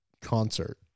concert